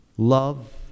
Love